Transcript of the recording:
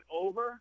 over